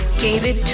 David